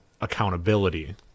accountability